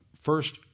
first